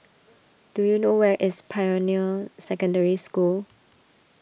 do you know where is Pioneer Secondary School